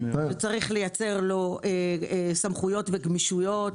וצריך לייצר לו סמכויות וגמישויות.